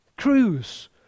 cruise